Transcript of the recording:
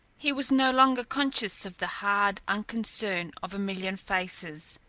he was no longer conscious of the hard unconcern of a million faces,